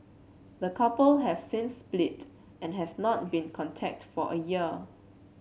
the couple have since split and have not been contact for a year